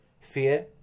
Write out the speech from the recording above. fear